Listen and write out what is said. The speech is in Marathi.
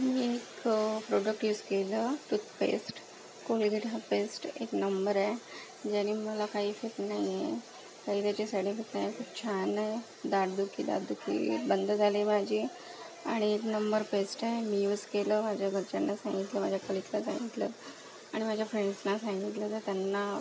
मी एक प्रोडक्ट यूस केलं टूथपेस्ट कोलगेट हब पेस्ट एक नंबर आहे ज्याने मला काही इफेक्ट नाही आहे काही त्याचे साईड इफेक्ट नाही खूप छान आहे दाढदुखी दातदुखी बंद झाली माझी आणि एक नंबर पेस्ट आहे मी यूस केलं माझ्या घरच्यांना सांगितलं माझ्या कलिकला सांगितलं आणि माझ्या फ्रेंड्सना सांगितलं तर त्यांना